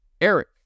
Eric